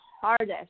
hardest